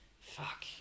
Fuck